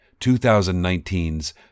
2019's